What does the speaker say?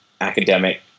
academic